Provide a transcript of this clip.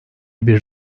bir